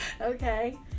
Okay